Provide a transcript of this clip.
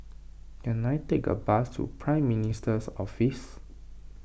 can I take a bus to Prime Minister's Office